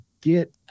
Get